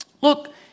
Look